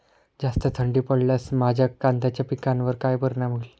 जास्त थंडी पडल्यास माझ्या कांद्याच्या पिकावर काय परिणाम होईल?